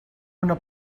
una